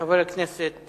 חבר הכנסת